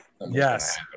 Yes